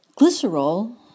Glycerol